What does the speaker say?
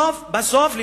בסוף,